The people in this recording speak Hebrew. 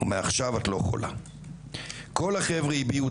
ומעכשיו את לא חולה // כל החבר'ה הביעו